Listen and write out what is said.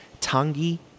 tangi